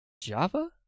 Java